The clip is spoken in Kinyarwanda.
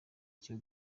cyo